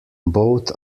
both